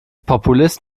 populist